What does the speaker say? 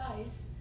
ice